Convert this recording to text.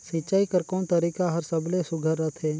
सिंचाई कर कोन तरीका हर सबले सुघ्घर रथे?